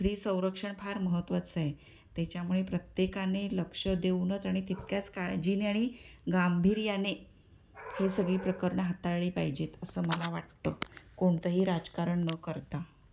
स्त्री संरक्षण फार महत्त्वाचं आहे त्याच्यामुळे प्रत्येकाने लक्ष देऊनच आणि तितक्याच काळजीने आणि गांभीर्याने हे सगळी प्रकरणं हाताळली पाहिजेत असं मला वाटतं कोणतंही राजकारण न करता